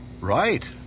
Right